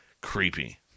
Creepy